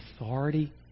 authority